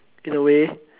in a way